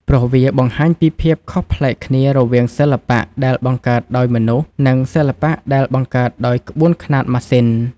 ព្រោះវាបង្ហាញពីភាពខុសប្លែកគ្នារវាងសិល្បៈដែលបង្កើតដោយមនុស្ស និងសិល្បៈដែលបង្កើតដោយក្បួនខ្នាតម៉ាស៊ីន។